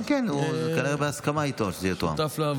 כן, כן, זה כנראה בהסכמה איתו שזה יתואם.